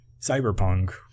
Cyberpunk